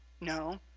no